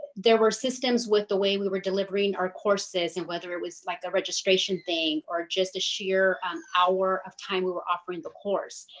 there were systems with the way we were delivering our courses and whether it was like a registration thing or just a sheer hour of time we were offering the course.